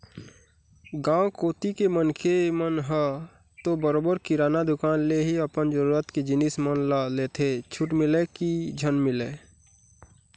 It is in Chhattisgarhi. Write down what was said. गाँव कोती के मनखे मन ह तो बरोबर किराना दुकान ले ही अपन जरुरत के जिनिस मन ल लेथे छूट मिलय की झन मिलय